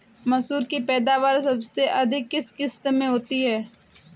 मसूर की पैदावार सबसे अधिक किस किश्त में होती है?